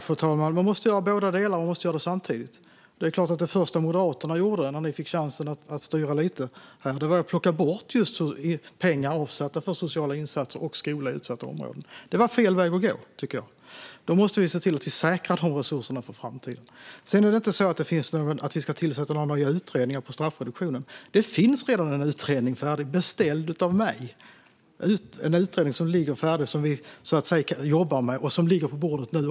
Fru talman! Man måste göra båda delarna samtidigt. Det första Moderaterna gjorde när ni fick chansen att styra lite var att plocka bort pengar avsatta för sociala insatser och skola i utsatta områden. Det var fel väg att gå, tycker jag. Vi måste se till att säkra dessa resurser för framtiden. Det är inte så att vi ska tillsätta några nya utredningar om straffreduktionen. Det finns redan en utredning färdig, beställd av mig. Den jobbar vi med, och den ligger också på bordet när vi nu förhandlar om detta.